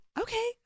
Okay